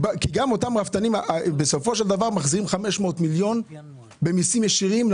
גם אותם רפתנים בסופו של דבר מחזירים למדינה 500 מיליון במיסים ישירים.